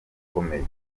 ukomeye